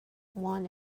want